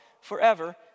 forever